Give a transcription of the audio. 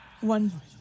one